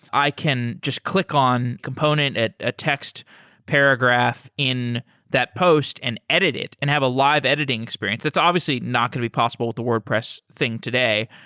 i can just click on component at a text paragraph in that post and edit it and have a live editing experience. that's obviously not going to be possible with the wordpress thing today.